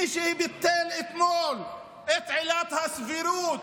מי שביטל אתמול את עילת הסבירות